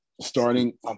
Starting